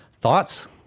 thoughts